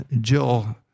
Jill